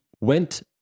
went